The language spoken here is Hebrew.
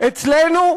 אצלנו,